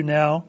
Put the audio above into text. now